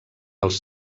els